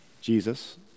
Jesus